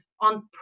on